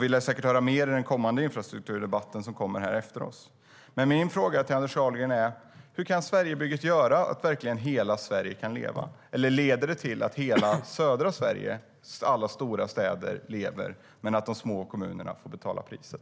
Vi lär säkert höra mer om detta i den kommande infrastrukturdebatten senare i dag. Anders Ahlgren! Hur ska Sverigebygget göra att hela Sverige kan leva? Eller leder det till att södra Sveriges alla stora städer lever medan de små kommunerna får betala priset?